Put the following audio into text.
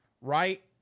right